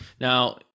Now